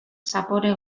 zapore